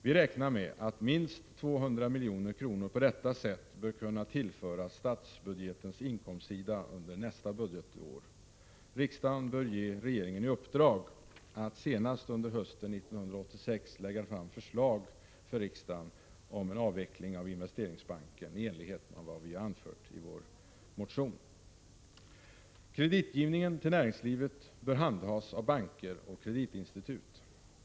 Vi räknar med att minst 200 milj.kr. på detta sätt bör kunna tillföras statsbudgetens inkomstsida under nästa budgetår. Riksdagen bör ge regeringen i uppdrag att senast under hösten 1986 lägga fram förslag för riksdagen om en avveckling av investeringsbanken, i enlighet med vad vi anfört i vår motion. Kreditgivningen till näringslivet bör handhas av banker och kreditinstitut.